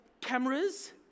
cameras